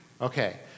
okay